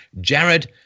Jared